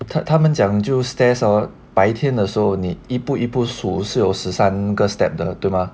他他们讲就 stairs hor 你白天时候你一步一步数是有十三个 steps 的对吗